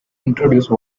introduce